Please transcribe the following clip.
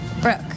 Brooke